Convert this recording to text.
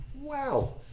wow